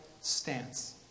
stance